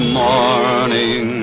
morning